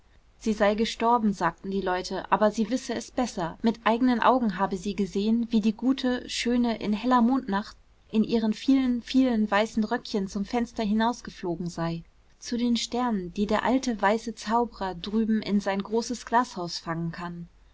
sie sei gestorben sagten die leute aber sie wisse es besser mit eigenen augen habe sie gesehen wie die gute schöne in heller mondnacht in ihren vielen vielen weißen röckchen zum fenster hinausgeflogen sei zu den sternen die der alte weiße zaubrer drüben in sein großes glashaus fangen kann